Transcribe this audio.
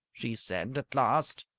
she said at last.